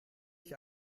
ich